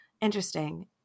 interesting